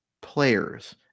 players